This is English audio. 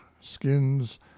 skins